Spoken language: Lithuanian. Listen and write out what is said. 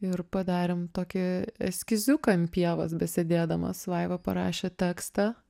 ir padarėm tokį eskiziuką ant pievos besėdėdamos vaiva parašė tekstą